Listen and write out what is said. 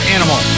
Animal